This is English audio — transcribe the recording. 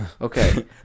Okay